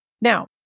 Now